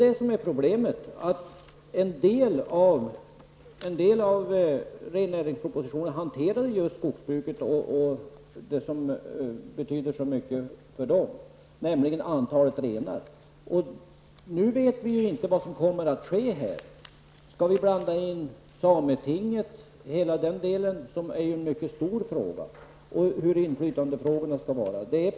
En del av rennäringspropositionen tog upp just skogsbruket och det som betyder så mycket för näringen, nämligen antalet renar. Nu vet vi inte vad som kommer att ske. Skall vi blanda in sametinget och allt som har att göra med inflytandefrågorna? Detta är ju mycket omfattande frågor.